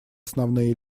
основные